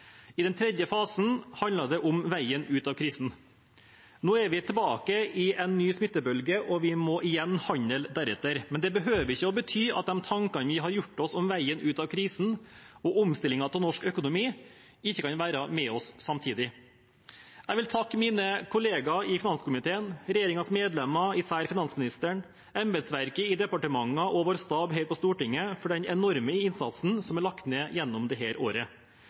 I den tredje fasen handlet det om veien ut av krisen. Nå er vi tilbake i en ny smittebølge, og vi må igjen handle deretter. Men det behøver ikke å bety at de tankene vi har gjort oss om veien ut av krisen og omstillingen av norsk økonomi, ikke kan være med oss samtidig. Jeg vil takke mine kollegaer i finanskomiteen, regjeringens medlemmer, især finansministeren, embetsverket i departementene og vår stab her på Stortinget for den enorme innsatsen som er lagt ned gjennom dette året.